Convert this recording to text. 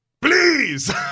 Please